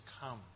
come